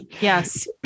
Yes